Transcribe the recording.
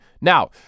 Now